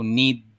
need